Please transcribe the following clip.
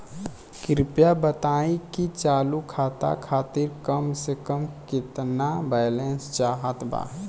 कृपया बताई कि चालू खाता खातिर कम से कम केतना बैलैंस चाहत बा